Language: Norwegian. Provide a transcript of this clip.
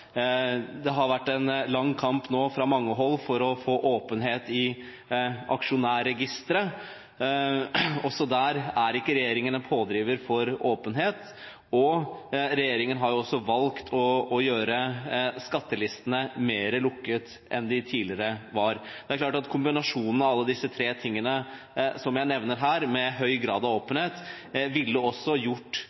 Det har vært en lang kamp fra mange hold for å få åpenhet i aksjonærregistre. Heller ikke der er regjeringen en pådriver for åpenhet, og regjeringen har også valgt å gjøre skattelistene mer lukket enn de var tidligere. Det er klart at kombinasjonen av disse tre tingene som jeg nevner her, med høy grad av åpenhet også ville gjort